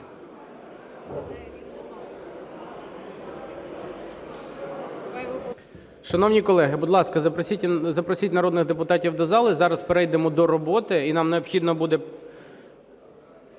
Шановні колеги, будь ласка, запросіть народних депутатів до зали. Зараз перейдемо до роботи, і нам необхідно буде